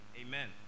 Amen